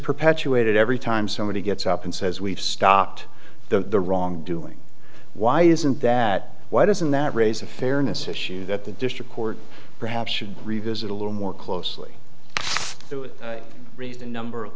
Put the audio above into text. perpetuated every time somebody gets up and says we've stopped the wrongdoing why isn't that why doesn't that raise a fairness issue that the district court perhaps should revisit a little more closely to raise the number of